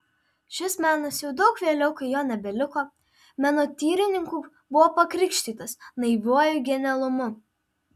šis menas jau daug vėliau kai jo nebeliko menotyrininkų buvo pakrikštytas naiviuoju genialumu